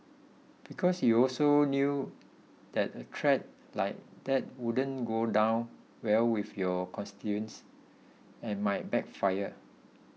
because you also knew that a threat like that wouldn't go down well with your constituents and might backfire